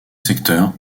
secteurs